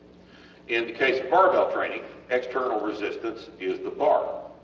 in the case of barbell training external resistance is the bar